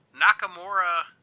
Nakamura